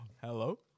Hello